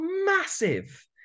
massive